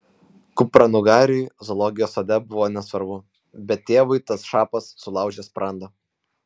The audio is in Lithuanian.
kupranugariui zoologijos sode buvo nesvarbu bet tėvui tas šapas sulaužė sprandą